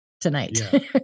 tonight